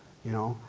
you know?